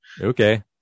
okay